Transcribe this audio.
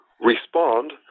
respond